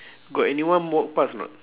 got anyone walk past or not